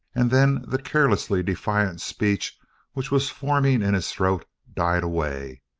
and then the carelessly defiant speech which was forming in his throat died away.